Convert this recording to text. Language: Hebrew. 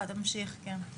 ותקציבים כאלה ואחרים,